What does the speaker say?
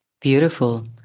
Beautiful